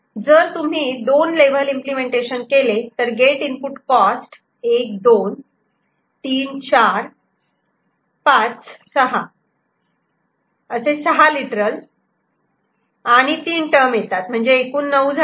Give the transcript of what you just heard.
जर तुम्ही 2 level implementation केले तर गेट इनपुट कॉस्ट 1 2 3 4 5 6 असे 6 लिटरल आणि 3 टर्म येतात म्हणजे एकूण 9 झाले